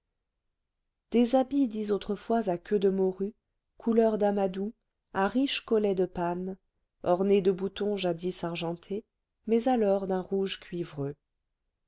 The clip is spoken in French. des habits dits autrefois à queue de morue couleur d'amadou à riche collet de panne ornés de boutons jadis argentés mais alors d'un rouge cuivreux